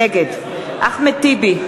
נגד אחמד טיבי,